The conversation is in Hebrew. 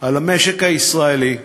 למכונית של המשק הישראלי,